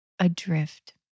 Adrift